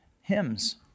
Hymns